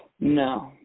No